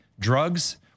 drugs